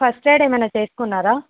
first aid ఏమన్న చేసుకున్నారా